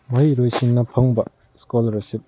ꯃꯍꯩꯔꯣꯏꯁꯤꯡꯅ ꯐꯪꯕ ꯏꯁꯀꯣꯂꯥꯔꯁꯤꯞ